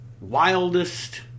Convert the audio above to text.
wildest